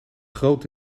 groot